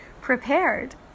prepared